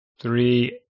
three